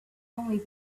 only